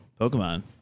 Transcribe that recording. Pokemon